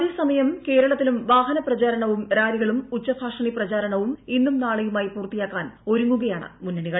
അതേ സമയം കേരളത്തിലും വാഹന പ്രച്ചാർണ്ണവും റാലികളും ഉച്ചഭാഷിണി പ്രചാരണവും ഇന്നും കൃത്യാളെയുമായി പൂർത്തിയാക്കാൻ ഒരുങ്ങുകയാണ് മുന്നണികൾ